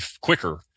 quicker